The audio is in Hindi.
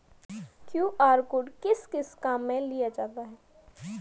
क्यू.आर कोड किस किस काम में लिया जाता है?